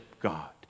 God